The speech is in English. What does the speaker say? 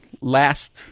last